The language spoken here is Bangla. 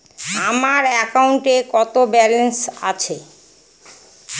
আমার অ্যাকাউন্টে কত ব্যালেন্স আছে?